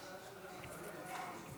הסתייגות 9 לא נתקבלה.